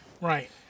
Right